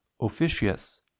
officious